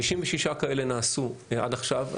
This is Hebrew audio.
56 כאלה נעשו עד עכשיו,